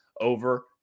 over